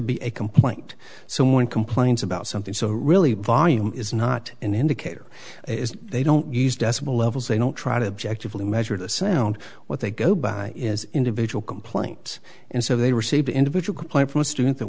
a complaint so when complains about something so really volume is not an indicator as they don't use decibel levels they don't try to objective measure the sound what they go by is individual complaints and so they receive individual complaint from a student that